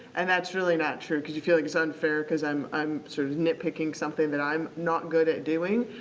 and, that's really not true because you feel like it's unfair because i'm i'm sort of nit picking something that i'm not good at doing.